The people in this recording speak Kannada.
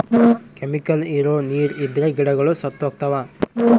ಕೆಮಿಕಲ್ ಇರೋ ನೀರ್ ಇದ್ರೆ ಗಿಡಗಳು ಸತ್ತೋಗ್ತವ